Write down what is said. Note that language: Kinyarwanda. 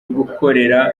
gukorera